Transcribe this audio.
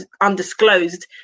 undisclosed